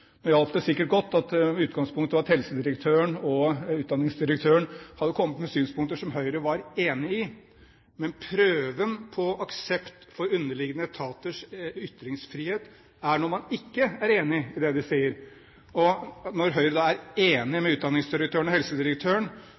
Nå hjalp det sikkert godt at utgangspunktet var at helsedirektøren og utdanningsdirektøren hadde kommet med synspunkter som Høyre var enig i, men prøven på aksept for underliggende etaters ytringsfrihet er når man ikke er enig i det de sier. Når Høyre da er enig med utdanningsdirektøren og helsedirektøren,